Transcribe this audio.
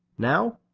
now?